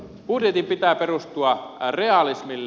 budjetin pitää perustua realismille